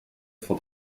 for